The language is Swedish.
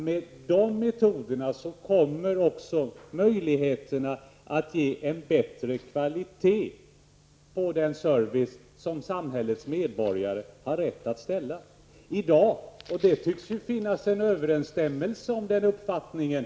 Med våra metoder blir det också möjligt att ge en bättre kvalitet på den service som samhällets medborgare i dag har rätt att ställa krav på. Det tycks ju finnas en överensstämmelse i den uppfattningen.